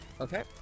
Okay